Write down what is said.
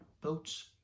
boats